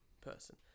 person